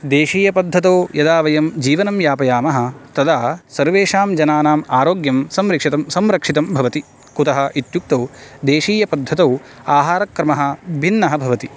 देशीयपद्धतौ यदा वयं जीवनं यापयामः तदा सर्वेषां जनानाम् आरोग्यं संरक्षितं भवति कुतः इत्युक्तौ देशीयपद्धतौ आहारक्रमः भिन्नः भवति